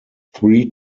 three